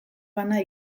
bana